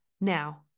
Now